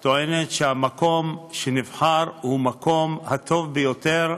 טוענת שהמקום שנבחר הוא המקום הטוב ביותר,